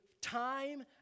time